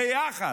ביחד,